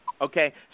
Okay